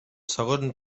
segon